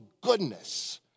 goodness